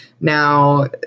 Now